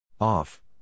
Off